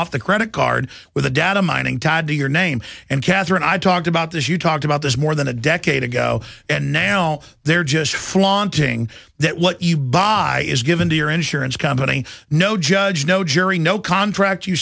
off the credit card with a data mining tied to your name and catherine i talked about this you talked about this more than a decade ago and now they're just flaunting that what you buy is given to your insurance company no judge no jury no contract you